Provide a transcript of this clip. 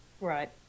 Right